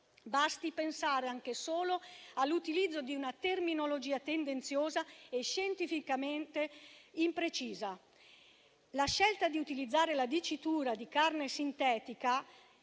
Basti pensare anche solo all'utilizzo di una terminologia tendenziosa e scientificamente imprecisa: la scelta di utilizzare la dicitura "carne sintetica"